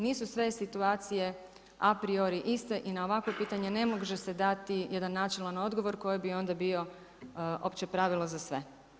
Nisu sve situacije a priori iste i na ovakvo pitanje ne može se dati jedan načelan odgovor koji bi onda bio opće pravilo za sve.